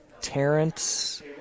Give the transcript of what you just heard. Terrence